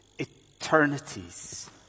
eternities